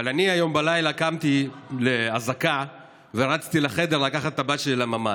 אבל אני היום בלילה קמתי לאזעקה ורצתי לחדר לקחת את הבת שלי לממ"ד,